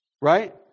right